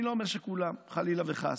אני לא אומר שכולם, חלילה וחס,